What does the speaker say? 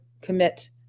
commit